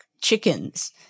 chickens